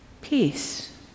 peace